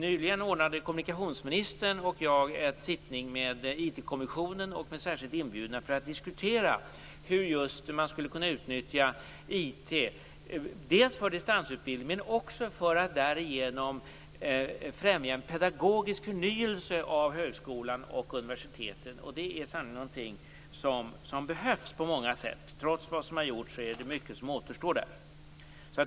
Nyligen ordnade kommunikationsministern och jag en sittning med IT kommissionen och särskilt inbjudna för att diskutera hur man skulle kunna utnyttja IT dels för distansutbildning, dels för att främja en pedagogisk förnyelse av högskolan och universiteten. Detta är sannerligen någonting som behövs på många sätt. Trots vad som har gjorts är det mycket som återstår där.